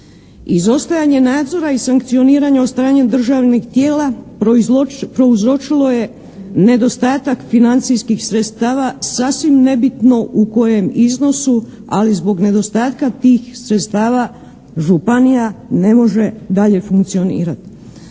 Izostajanje nadzora i sankcioniranje od strane državnih tijela prouzročilo je nedostatak financijskih sredstava sasvim nebitno u kojem iznosu, ali zbog nedostatka tih sredstava županija ne može dalje funkcionirati.